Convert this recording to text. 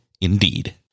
indeed